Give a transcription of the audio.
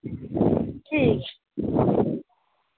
ठीक